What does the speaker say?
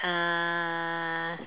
uh